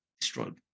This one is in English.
destroyed